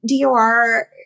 DOR